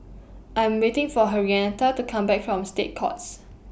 I'm waiting For Henrietta to Come Back from State Courts